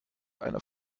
einer